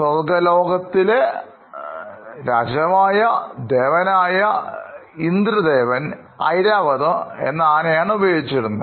സ്വർഗ്ഗലോകത്തിൽമുഴുവനായി സഞ്ചരിക്കാൻ ഇന്ദ്രദേവൻ ഐരാവത് എന്ന ആനയെഉപയോഗിക്കുന്നു